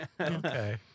okay